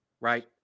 Right